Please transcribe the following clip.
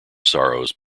sorrows